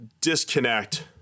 disconnect